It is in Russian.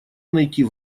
найти